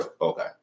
Okay